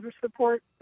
support